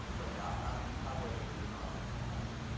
but yeah, i'm i'm waiting for the zombie internal medicine.